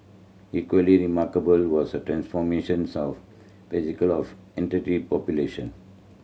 equally remarkable was the transformations of of population